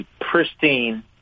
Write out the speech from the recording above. pristine